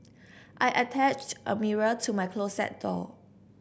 I attached a mirror to my closet door